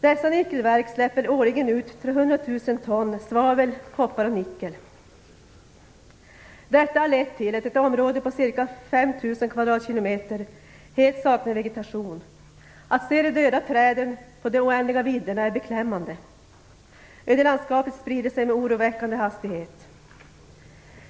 Dessa nickelverk släpper årligen ut 300 000 ton svavel, koppar och nickel. Detta har lett till att ett område på ca 5 000 km2 helt saknar vegetation. Att se de döda träden på de oändliga vidderna är beklämmande. ödelandskapet sprider sig med oroväckande hastighet.